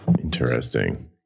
Interesting